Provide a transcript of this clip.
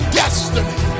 destiny